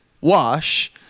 Wash